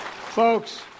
Folks